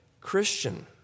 Christian